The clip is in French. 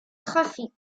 trafic